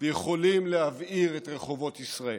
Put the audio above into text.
ויכולים להבעיר את רחובות ישראל.